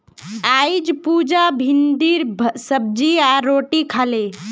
अईज पुजा भिंडीर सब्जी आर रोटी खा ले